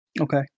Okay